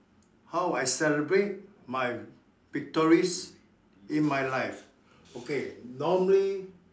how I celebrate my victories in my life okay normally